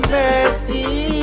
mercy